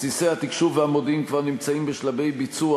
בסיסי התקשוב והמודיעין כבר נמצאים בשלבי ביצוע.